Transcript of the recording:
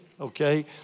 okay